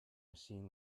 machine